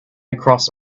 across